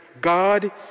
God